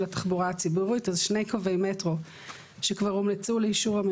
נבחן את הקריטריונים לקבלת מענק האיזון,